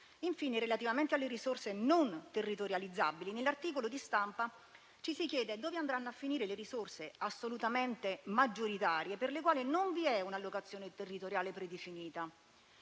Infine, relativamente alle risorse non territorializzabili, nell'articolo di stampa ci si chiede dove andranno a finire le risorse, assolutamente maggioritarie, per le quali non vi è una allocazione territoriale predefinita,